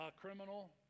criminal